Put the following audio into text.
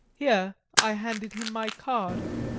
here i handed him my card.